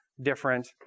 different